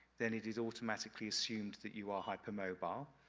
then it is automatically assumed that you are hypermobile,